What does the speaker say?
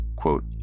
quote